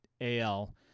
AL